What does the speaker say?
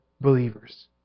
believers